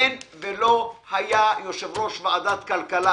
אין ולא היה יושב-ראש ועדת הכלכלה